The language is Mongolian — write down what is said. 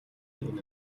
үнэн